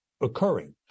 occurring